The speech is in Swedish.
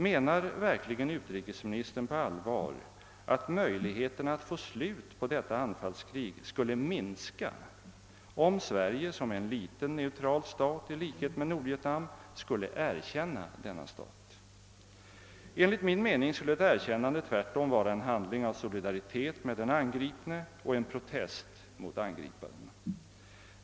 Menar verkligen utrikesministern på allvar att möjligheterna att få slut på detta anfallskrig skulle minska, om Sverige, som är en liten, neutral stat i likhet med Nordvietnam, skulle erkänna denna stat? Enligt min mening skulle ett erkännande tvärtom vara en handling av solidaritet med den angripne och en protest mot angriparen.